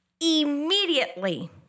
immediately